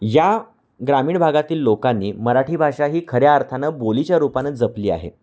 या ग्रामीण भागातील लोकांनी मराठी भाषा ही खऱ्या अर्थानं बोलीच्या रूपानं जपली आहे